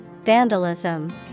Vandalism